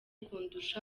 kundusha